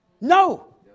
No